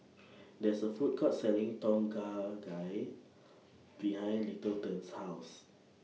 There IS A Food Court Selling Tom Kha Gai behind Littleton's House